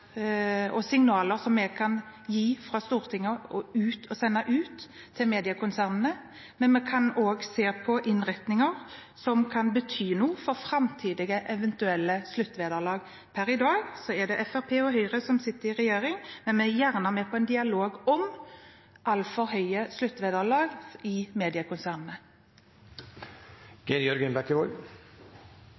fra Stortinget kan sende ut til mediekonsernene, men vi kan også se på innretninger som kan bety noe for eventuelle framtidige sluttvederlag. Per i dag er det Fremskrittspartiet og Høyre som sitter i regjering, men vi er gjerne med på en dialog om altfor høye sluttvederlag i